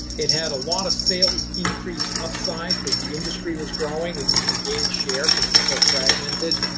it had a lot of sales increase upside because the industry was growing and you can gain share because it's so fragmented,